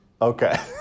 Okay